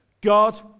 God